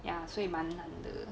ya 所以蛮难的